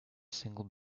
single